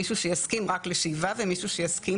מישהו שיסכים רק לשאיבה ומישהו שיסכים